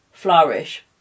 Flourish